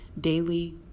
Daily